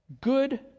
Good